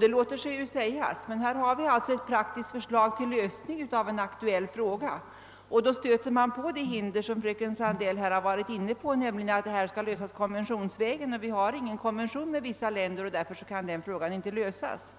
Det låter sig sägas, men här har vi ett praktiskt förslag till lösning av en aktuell fråga, och då stöter vi på det hinder som fröken Sandell har berört, nämligen att problemet skall lösas konventionsvägen. Vi har emellertid izgen konvention med vissa länder, och därför kan denna fråga inte lösas.